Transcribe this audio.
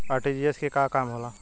RTGS के का काम होला?